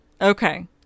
Okay